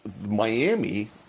Miami